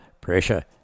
pressure